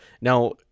Now